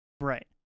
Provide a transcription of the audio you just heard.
Right